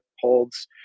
holds